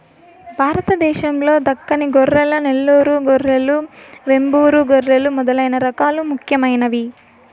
భారతదేశం లో దక్కని గొర్రెలు, నెల్లూరు గొర్రెలు, వెంబూరు గొర్రెలు మొదలైన రకాలు ముఖ్యమైనవి